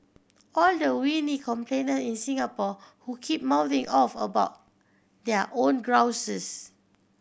all the whiny complainer in Singapore who keep mouthing off about their own grouses